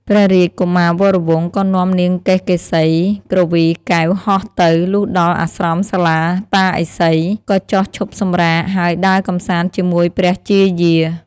ព្រះរាជកុមារវរវង្ស ក៏នាំនាងកេសកេសីគ្រវីកែវហោះទៅ លុះដល់អាស្រមសាលាតាឥសី ក៏ចុះឈប់សម្រាក ហើយដើរកម្សាន្តជាមួយព្រះជាយា។